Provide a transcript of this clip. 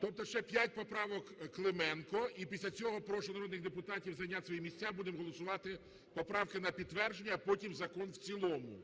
тобто ще п'ять поправок Клименко і після цього прошу народних депутатів зайняти свої місця, будемо голосувати поправки на підтвердження, а потім закон в цілому.